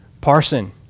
Parson